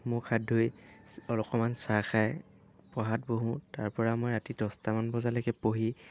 মুখ হাত ধুই অলপমান চাহ খাই পঢ়াত বহোঁ তাৰপৰা মই ৰাতি দহটামান বজালৈকে পঢ়ি